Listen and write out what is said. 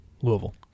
Louisville